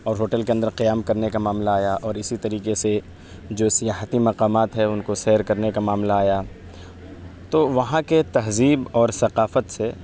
اور ہوٹل کے اندر قیام کرنے کا معاملہ آیا اور اسی طریقے سے جو سیاحتی مقامات ہے ان کو سیر کرنے کا معاملہ آیا تو وہاں کے تہذیب اور ثقافت سے